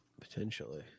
Potentially